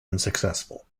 unsuccessful